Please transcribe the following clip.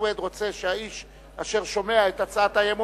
רוצה שהאיש אשר שומע את הצעת האי-אמון,